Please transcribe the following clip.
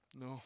No